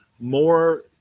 more